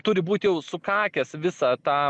turi būt jau sukakęs visą tą